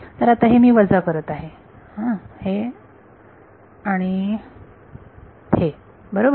तर आता हे मी वजा करत आहे हे आणि हे बरोबर